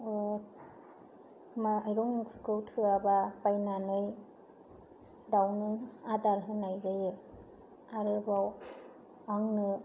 माइरं एंखुर थोआबा बायनानै दावनो आदार होनाय जायो आरोबाव आङो